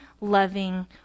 loving